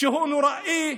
שהוא נוראי,